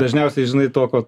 dažniausiai žinai to ko